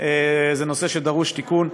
נושא שדרוש בו תיקון.